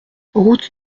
route